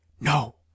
no